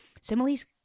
similes